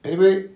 anyway